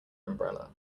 umbrella